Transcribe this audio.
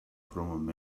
from